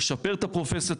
לשפר את הפרופסיה,